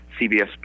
CBS